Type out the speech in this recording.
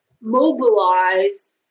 mobilized